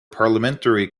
parliamentary